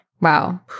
Wow